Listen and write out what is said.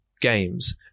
games